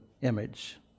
image